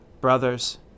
Brothers